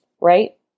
right